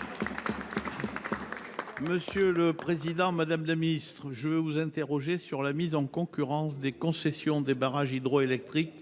énergétique. Madame la ministre, je veux vous interroger sur la mise en concurrence des concessions des barrages hydroélectriques